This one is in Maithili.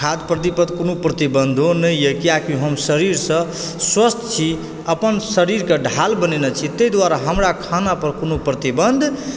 खाद्य प्रति कोनो प्रतिबन्धो नैए किए कि हम शरीरसऽ स्वस्थ छी अपन शरीरकऽ ढाल बनेने छी तइ दुआरे हमरा खानापर कोनो प्रतिबन्ध